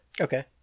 Okay